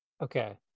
Okay